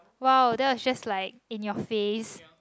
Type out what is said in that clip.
!wow! that was just like in your face